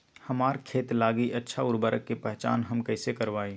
हमार खेत लागी अच्छा उर्वरक के पहचान हम कैसे करवाई?